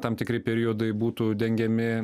tam tikri periodai būtų dengiami